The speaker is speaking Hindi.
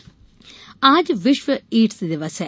एड्स दिवस आज विश्व एड्स दिवस है